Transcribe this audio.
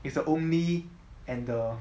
it's the only and the